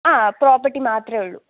ആ പ്രോപ്പർട്ടി മാത്രമേ ഉള്ളു